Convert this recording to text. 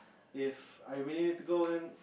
If I really to go then